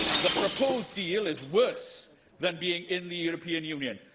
the proposed deal is worse than being in the european union.